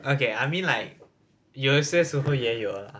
okay I mean like 有些时候也有 lah